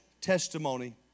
testimony